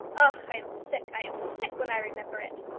ah, i am sick i am sick when i remember it!